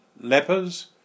lepers